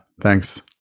thanks